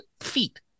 feet